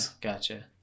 gotcha